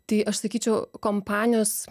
tai aš sakyčiau kompanijos